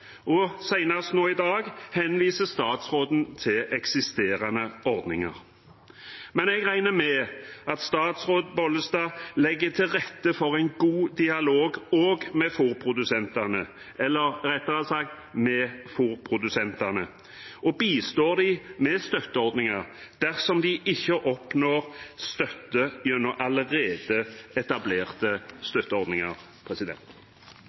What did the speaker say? nå i dag henviser statsråden til eksisterende ordninger. Men jeg regner med at statsråd Bollestad legger til rette for en god dialog også med fôrprodusentene – eller rettere sagt med fôrprodusentene – og bistår dem med støtteordninger dersom de ikke oppnår støtte gjennom allerede etablerte